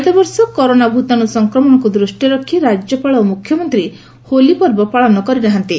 ଚଳିତବର୍ଷ କରୋନା ଭୂତାଣୁ ସଂକ୍ରମଣକୁ ଦୃଷ୍ଟିରେ ରଖ ରାଜ୍ୟପାଳ ଓ ମୁଖ୍ୟମନ୍ତୀ ହୋଲି ପର୍ବ ପାଳନ କରିନାହାନ୍ତି